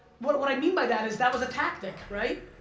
what what i mean by that, is that was a tactic, right?